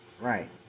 Right